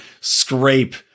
scrape